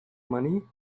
money